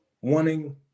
wanting